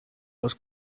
was